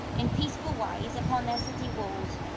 in peaceful wise upon their city walls,